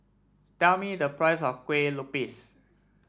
tell me the price of Kuih Lopes